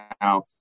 now